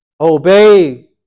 obey